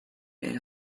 air